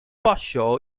bradshaw